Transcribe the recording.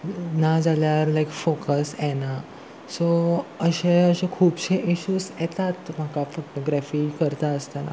ना जाल्यार लायक फोकस येना सो अशें अशें खुबशे इश्यूज येतात म्हाका फोटोग्राफी करता आसतना